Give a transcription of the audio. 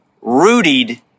rooted